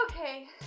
Okay